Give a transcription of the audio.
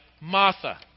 Martha